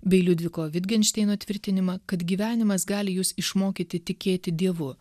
bei liudviko vitgenšteino tvirtinimą kad gyvenimas gali jus išmokyti tikėti dievu